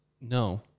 No